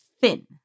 thin